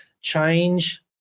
change